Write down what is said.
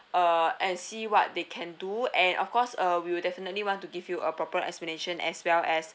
uh and see what they can do and of course uh we will definitely want to give you a proper explanation as well as